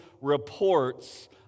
reports